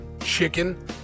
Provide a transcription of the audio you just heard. chicken